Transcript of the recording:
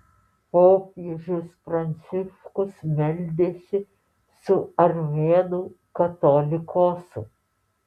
popiežius pranciškus meldėsi su armėnų katolikosu